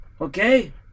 Okay